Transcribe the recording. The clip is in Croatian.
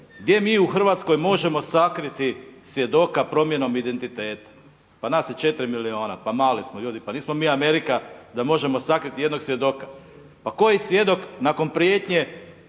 gdje mi u Hrvatskoj možemo sakriti svjedoka promjenom identiteta? Pa nas je 4 milijuna pa mali smo, ljudi pa nismo mi Amerika da možemo sakriti jednog svjedoka. Pa koji svjedok nakon prijetnje